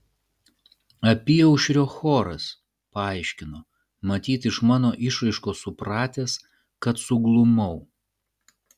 apyaušrio choras paaiškino matyt iš mano išraiškos supratęs kad suglumau